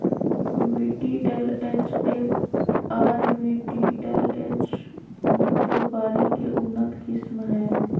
VTLH एक आर VTLH दू सुपारी के उन्नत किस्म हय